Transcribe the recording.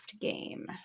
game